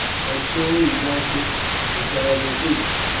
had truly vanquished the terrible beast.